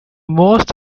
most